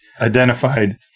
identified